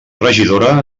regidora